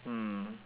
mm